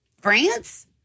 France